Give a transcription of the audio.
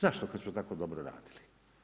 Zašto kad su tako dobro radili?